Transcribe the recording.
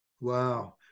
Wow